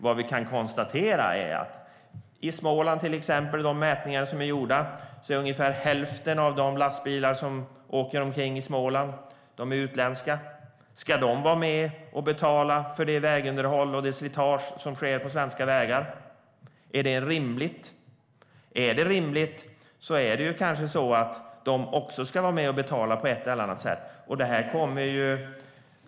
Vad vi kan konstatera är detta: I de mätningar som är gjorda i till exempel Småland är ungefär hälften av lastbilarna som åker omkring utländska. Ska de vara med och betala för det vägunderhåll och det slitage som sker på svenska vägar? Är det rimligt? Om det är rimligt kanske de även ska vara med och betala på ett eller annat sätt.